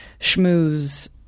schmooze